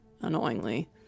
Annoyingly